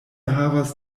havas